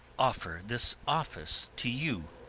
offer this office to you.